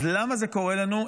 אז למה זה קורה לנו?